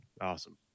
Awesome